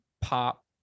pop